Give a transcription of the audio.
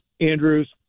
Andrews